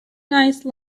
nice